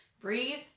Breathe